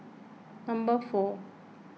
number four